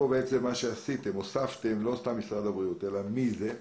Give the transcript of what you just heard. פה הוספתם לא סתם משרד הבריאות אלא מי במשרד הבריאות.